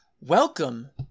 welcome